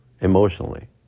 emotionally